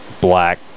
black